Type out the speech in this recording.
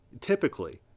Typically